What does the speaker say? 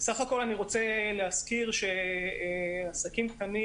סך הכול אני רוצה להזכיר שעסקים קטנים